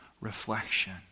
reflection